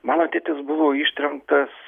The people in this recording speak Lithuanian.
mano tėtis buvo ištremtas